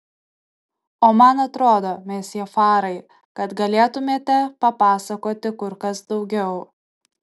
o man atrodo mesjė farai kad galėtumėte papasakoti kur kas daugiau